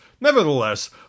nevertheless